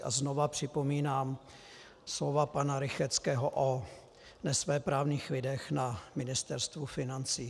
A znova připomínám slova pana Rychetského o nesvéprávných lidech na Ministerstvu financí.